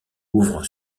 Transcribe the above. ouvre